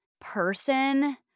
person